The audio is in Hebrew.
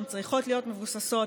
הן צריכות להיות מבוססות,